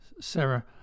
sarah